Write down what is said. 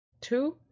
two